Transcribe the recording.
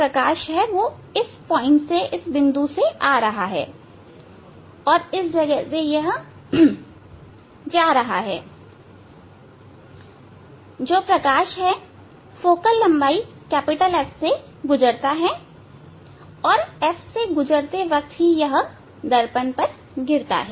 प्रकाश इस बिंदु से आ रहा है और यहां इस तरह जा रहा है प्रकाश फोकल लंबाई F से गुजरता है F से गुजरते हुए यह दर्पण पर गिरता है